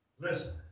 Listen